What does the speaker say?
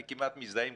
אני כמעט מזדהה עם